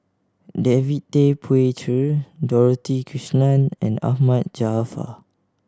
David Tay Poey Cher Dorothy Krishnan and Ahmad Jaafar